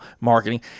marketing